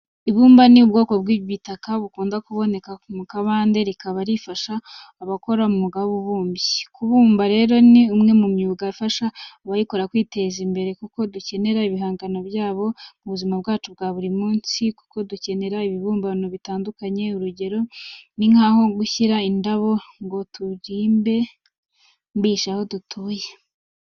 Ibumba ni ubwoko bw'igitaka bukunda kuboneka mu kabande rikaba rifasha abakora umwuga w'ububumbyi. Kubumba rero ni umwe mu myuga ifasha abayikora kwiteza imbere kuko dukenera ibihangano byabo mu buzima bwacu bwa buri munsi, kuko dukenera ibibumbano bitandukanye, urugero ni nk'aho gushyira indabo ngo turimbishe aho dutuye.